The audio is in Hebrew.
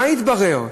מה התברר?